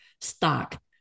stock